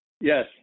Yes